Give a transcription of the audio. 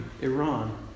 Iran